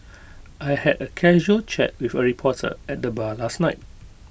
I had A casual chat with A reporter at the bar last night